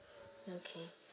okay